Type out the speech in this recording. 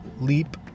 leap